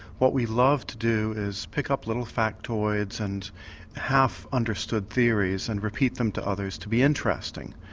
what we love to do is pick up little factoids and half-understood theories and repeat them to others to be interesting.